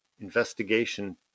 investigation